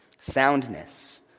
soundness